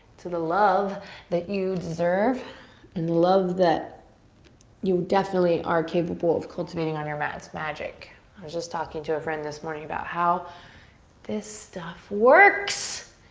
to the love that you deserve and love that you definitely are capable of cultivating on your mat's magic. i was just talking to a friend this morning about how this stuff works.